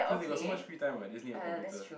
cause they got so much free time [what] they just need a computer